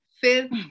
Fifth